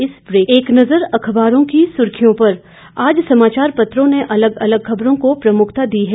अब एक नज़र अखबारों की सुर्खियों पर आज समाचार पत्रों ने अलग अलग खबरों को प्रमुखता दी है